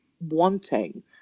wanting